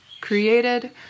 created